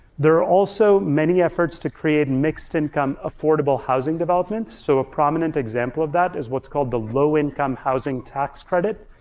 there are also many efforts to create mixed-income affordable housing development. so a prominent example of that is what's called the low-income housing tax credit.